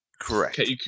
Correct